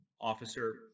officer